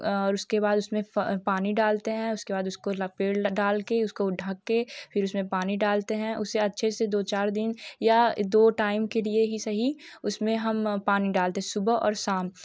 और उसके बाद उसमें पानी डालते हैं उसके बाद उसको पेड़ डालकर उसको ढककर फ़िर उसमें पानी डालते हैं उसे अच्छे से दो चार दिन या दो टाइम के लिए ही सही उसमें हम पानी डालते हैं सुबह और शाम